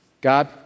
God